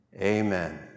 amen